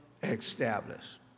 Established